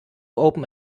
open